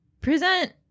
present